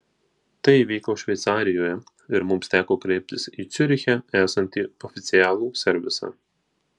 tai įvyko šveicarijoje ir mums teko kreiptis į ciuriche esantį oficialų servisą